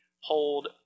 hold